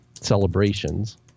celebrations